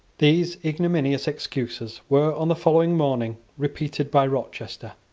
these ignominious excuses were, on the following morning, repeated by rochester.